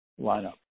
lineup